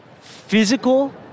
physical